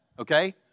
okay